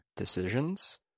decisions